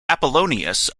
apollonius